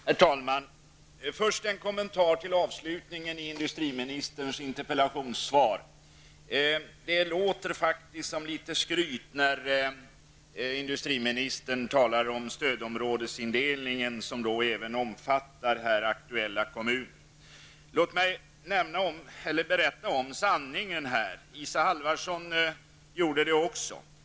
Herr talman! Först en kommentar till det som sägs i slutet av industriministerns interpellationssvar. Det låter faktiskt litet skrytsamt när industriministern talar om stödområdesindelningen, som även omfattar här aktuella kommuner. Jag skall säga sanningen, liksom Isa Halvarsson nyss har gjort.